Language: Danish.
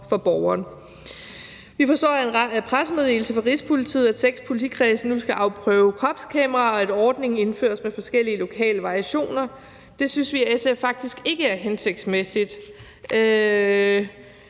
for borgeren. Vi forstår af en pressemeddelelse fra Rigspolitiet, at seks politikredse nu skal afprøve kropskameraer, og at ordningen indføres med forskellige lokale variationer. Det synes vi i SF faktisk ikke er hensigtsmæssigt.